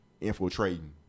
infiltrating